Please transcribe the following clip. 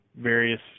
various